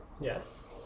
Yes